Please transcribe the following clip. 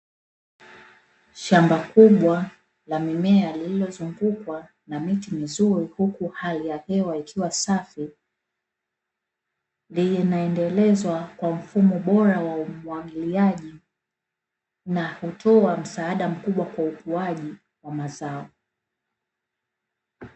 Shamba kubwa la mimea lililozungukwa na miti mizuri huku hali ya hewa ikiwa safi, linaendelezwa kwa mfumo bora wa umwagiliaji, na hutoa msaada mkubwa kwa ukuaji wa mazao.